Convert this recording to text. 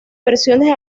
versiones